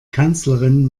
kanzlerin